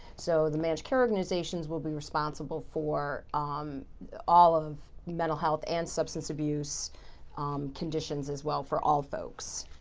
so, the managed care organizations will be responsible for um all of mental health and substance abuse conditions as well for all folks.